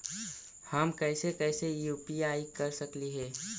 हम कैसे कैसे यु.पी.आई कर सकली हे?